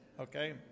Okay